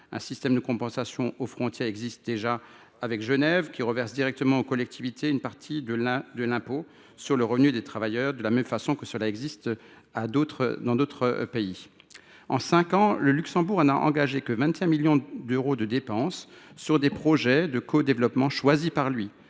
Un système de compensation aux frontières existe déjà avec Genève, qui reverse directement aux collectivités une partie de l’impôt sur le revenu des travailleurs ; d’autres pays le font également. En cinq ans, le Luxembourg n’a engagé que 25 millions d’euros de dépenses sur des projets de codéveloppement choisis par lui.